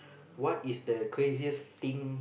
what is the craziest thing